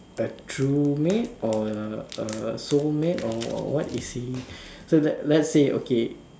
a true mate or err a soul mate or what is he so let let's say okay